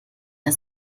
der